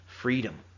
freedom